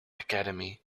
academy